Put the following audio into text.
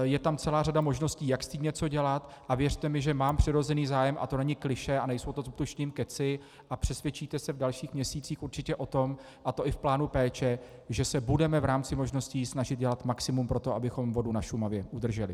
Je tam celá řada možností, jak s tím něco dělat, a věřte mi, že mám přirozený zájem, a to není klišé a nejsou to s odpuštěním kecy a přesvědčíte se v dalších měsících určitě o tom, a to i v plánu péče, že se budeme v rámci možností snažit dělat maximum pro to, abychom vodu na Šumavě udrželi.